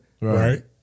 Right